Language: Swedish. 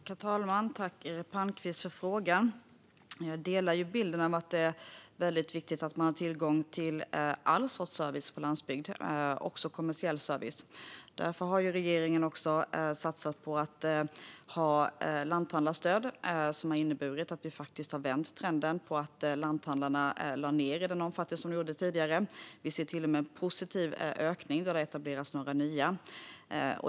Herr talman! Tack för frågan, Eric Palmqvist! Jag delar bilden att det är väldigt viktigt att man har tillgång till all sorts service på landsbygden, också kommersiell service. Därför har regeringen också satsat på ett lanthandlarstöd som har inneburit att vi faktiskt har vänt trenden att lanthandlarna lade ned i den omfattning de gjorde tidigare. Vi ser till och med en positiv ökning där det har etablerats några nya.